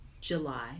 July